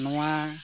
ᱱᱚᱣᱟ